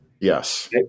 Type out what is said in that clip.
Yes